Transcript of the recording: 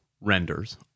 renders